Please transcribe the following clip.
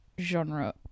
genre